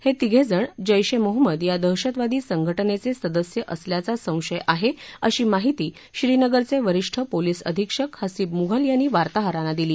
हे तिघे जण जैश ए मोहम्मद या दहशतवादी संघटनेचे सदस्य असल्याचा संशय आहे अशी माहिती श्रीनगर चे वरिष्ठ पोलीस अधीक्षक हसीब मुघल यांनी वार्ताहरांना दिली